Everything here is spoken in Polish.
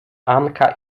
anka